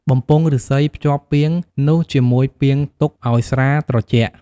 បំពង់ឫស្សីភ្ជាប់ពាងនោះជាមួយពាងទុកឱ្យស្រាត្រជាក់។